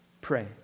pray